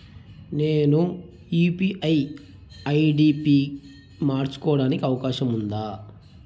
నేను UPI ID పి మార్చుకోవడానికి అవకాశం ఉందా?